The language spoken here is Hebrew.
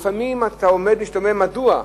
לפעמים אתה עומד ומשתומם מדוע,